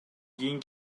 кийин